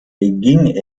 beging